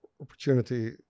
opportunity